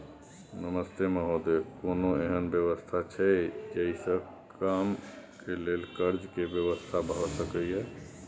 नमस्ते महोदय, कोनो एहन व्यवस्था छै जे से कम के लेल कर्ज के व्यवस्था भ सके ये?